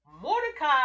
Mordecai